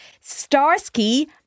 Starsky